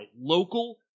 local